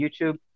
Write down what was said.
YouTube